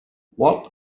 what